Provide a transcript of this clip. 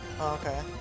okay